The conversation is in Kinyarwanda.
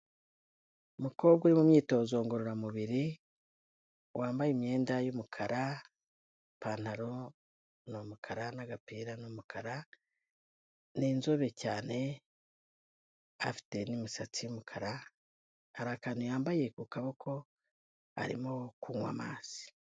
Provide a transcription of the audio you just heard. Umukobwa uri mu myitozo ngororamubiri, wambaye imyenda y'umukara, ipantaro ni umukara n'agapira n'umukara, ni inzobe cyane afite n'imisatsi y'umukara, hari akantu yambaye ku kaboko arimo kunywa amazi.